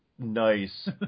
Nice